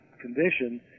condition